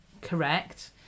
correct